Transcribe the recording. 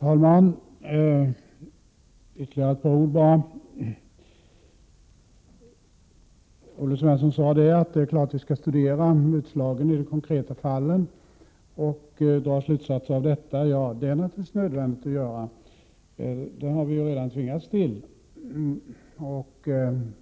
Herr talman! Ytterligare ett par ord bara. Olle Svensson sade att det är klart att vi skall studera utslagen i de konkreta Europakonvenslanen, fallen och dra slutsatser därav. Ja, det är naturligtvis nödvändigt att göra så — det har vi ju redan tvingats till, och